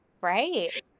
Right